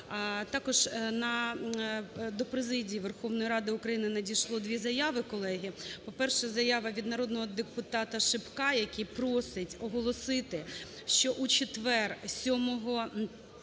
Також до Президії Верховної Ради України надійшло дві заяви, колеги. По-перше, заява від народного депутатаШипка, який просить оголосити, що у четвер 7 червня